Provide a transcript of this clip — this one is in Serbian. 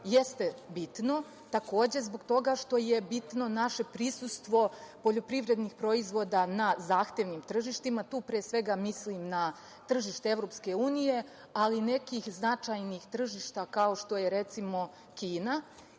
jeste bitno, takođe zbog toga što je bitno naše prisustvo poljporpivrednih proizvoda na zahtevnim tržištima. pre svega, tu mislim na tržište EU, ali nekih značajnih tržišta kao što je, recimo, Kina.S